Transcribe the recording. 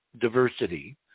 diversity